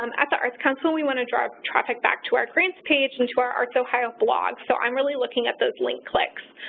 um at the arts council, we want to draw traffic back to our grants page into our artsohio blog. so i'm really looking at those link clicks.